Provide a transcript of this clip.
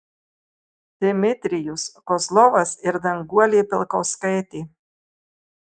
dmitrijus kozlovas ir danguolė pilkauskaitė